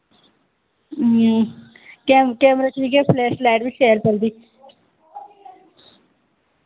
कैम camera च बी इ'यै फ्लैशलाइट बी शैल चलदी